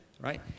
right